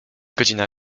godzina